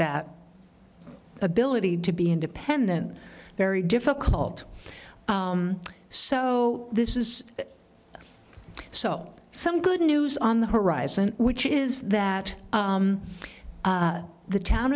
that ability to be independent very difficult so this is so some good news on the horizon which is that the town